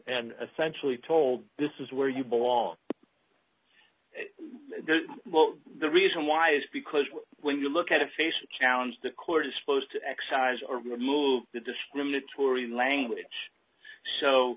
essentially told this is where you belong there well the reason why is because when you look at a face a challenge the court is supposed to excise or remove the discriminatory language so